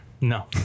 No